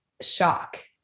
shock